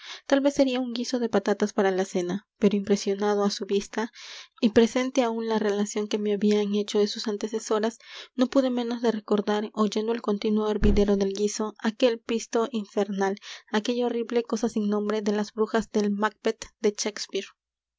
tal vez sería un guiso de patatas para la cena pero impresionado á su vista y presente aún la relación que me habían hecho de sus antecesoras no pude menos de recordar oyendo el continuo hervidero del guiso aquel pisto infernal aquella horrible cosa sin nombre de las brujas del macbeth de shakespeare